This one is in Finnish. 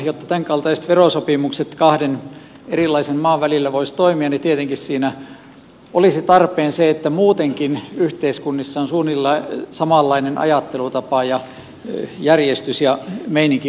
jotta tämänkaltaiset verosopimukset kahden erilaisen maan välillä voisivat toimia tietenkin siinä olisi tarpeen se että muutenkin yhteiskunnissa olisi suunnilleen samanlainen ajattelutapa ja järjestys ja meininki olemassa